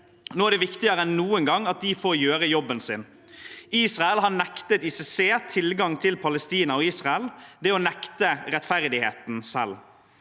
Nå er det viktigere enn noen gang at de får gjøre jobben sin. Israel har nektet ICC tilgang til Palestina og Israel. Det er å nekte rettferdigheten selv.